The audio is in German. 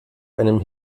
einem